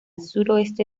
suroeste